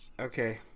Okay